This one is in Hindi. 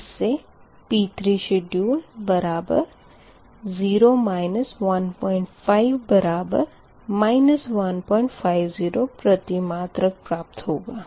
इससे P3 शेड्युल बराबर 0 15 बराबर 150 प्रति मात्रक प्राप्त होगा